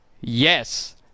Yes